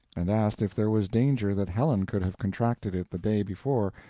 and asked if there was danger that helen could have contracted it the day before,